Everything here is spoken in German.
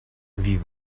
wie